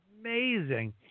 amazing